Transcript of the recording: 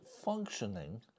functioning